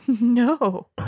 No